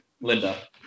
Linda